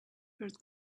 first